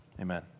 amen